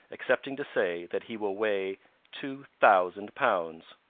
excepting to say that he will weight two thousand pounds.